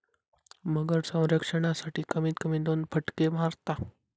मगर संरक्षणासाठी, कमीत कमी दोन फटके मारता